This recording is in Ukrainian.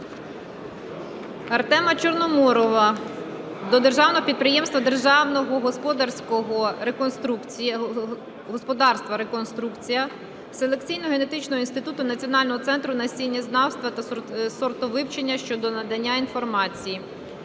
Артема Чорноморова до Державного підприємства "Дослідного господарства "Реконструкція" селекційно-генетичного інституту - Національного центру насіннєзнавства та сортовивчення щодо надання інформації.